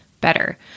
better